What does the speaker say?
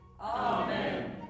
Amen